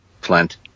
Flint